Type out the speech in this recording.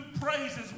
praises